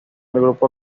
grupo